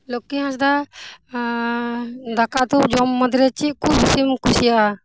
ᱞᱩᱠᱷᱤ ᱦᱟᱸᱥᱫᱟᱜ ᱫᱟᱠᱟ ᱩᱛᱩ ᱡᱚᱢ ᱢᱩᱫᱽ ᱨᱮ ᱪᱮᱫ ᱠᱚ ᱵᱤᱥᱤᱢ ᱠᱩᱥᱤᱭᱟᱜᱼᱟ